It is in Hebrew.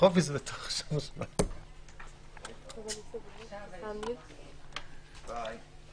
בשעה 12:51.